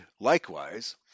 likewise